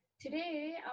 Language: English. Today